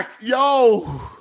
Yo